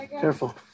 careful